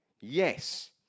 Yes